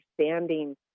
understanding